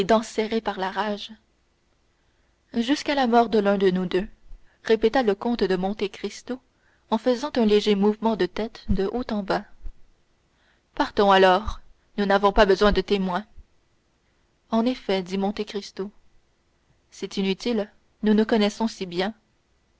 dents serrées par la rage jusqu'à la mort de l'un de nous deux répéta le comte de monte cristo en faisant un léger mouvement de tête de haut en bas partons alors nous n'avons pas besoin de témoins en effet dit monte cristo c'est inutile nous nous connaissons si bien